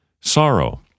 sorrow